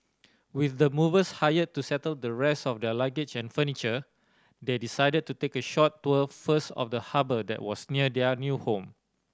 with the movers hired to settle the rest of their luggage and furniture they decided to take a short tour first of the harbour that was near their new home